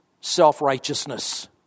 self-righteousness